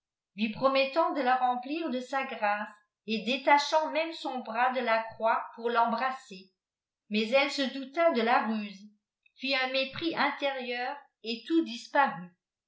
lui promettant de la remplir de sa grâce et détachant même son bras de la croix pour tembrasser mais elle se douta de la rase fit un replis intérieur j et tout diparut